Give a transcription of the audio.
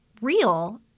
real